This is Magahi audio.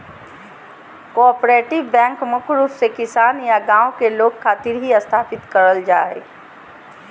कोआपरेटिव बैंक मुख्य रूप से किसान या गांव के लोग खातिर ही स्थापित करल जा हय